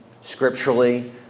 scripturally